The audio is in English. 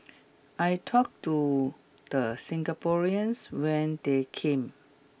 I talk to the Singaporeans when they came